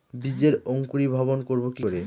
বীজের অঙ্কুরিভবন করব কি করে?